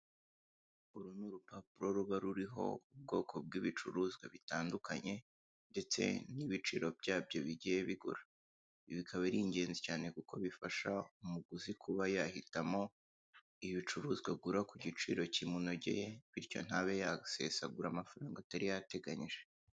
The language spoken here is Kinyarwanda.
Uru ni urupapuro ruba ruriho ubwoko bw'ibicuruzwa bitandukanye ndetse n'ibiciro byabyo bigiye bigura. Ibi bikaba ari ingenzi cyane kuko bifasha umuguzi kuba yahitamo ibicuruzwa agura ku giciro kimunogeye, bityo ntabe yasesagura amafaranga atari yateganyije.